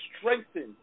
strengthened